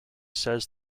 says